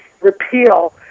repeal